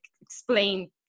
explain